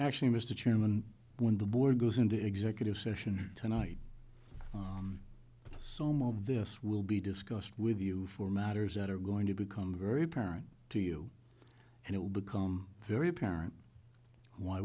actually mr chairman when the board goes into executive session tonight but some of this will be discussed with you for matters that are going to become very apparent to you and it will become very apparent why